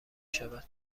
شود